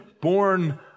born